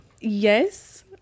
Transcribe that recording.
yes